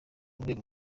urwego